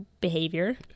behavior